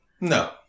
No